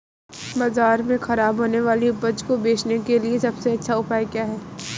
बाजार में खराब होने वाली उपज को बेचने के लिए सबसे अच्छा उपाय क्या है?